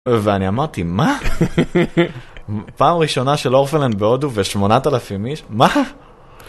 ואני אמרתי, מה? פעם ראשונה של אורפלנד בהודו ושמונת אלפים איש? מה?